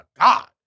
God